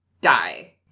die